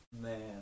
Man